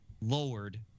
lowered